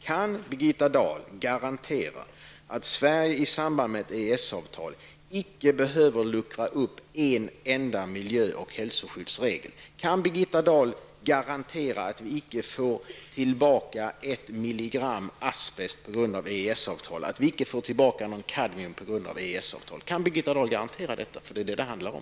Kan Birgitta Dahl garantera att Sverige i samband med ett EES-avtal icke behöver luckra upp en enda miljö och hälsoskyddsregel? Kan Birgitta Dahl garantera att vi icke får tillbaka ett milligram asbest på grund av EES-avtalet, att vi icke får tillbaka någon kadmium på grund av EES-avtalet? Kan Birgitta Dahl garantera detta, för det är vad det handlar om?